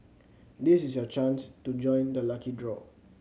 this is your chance to join the lucky draw